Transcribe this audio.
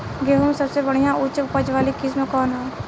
गेहूं में सबसे बढ़िया उच्च उपज वाली किस्म कौन ह?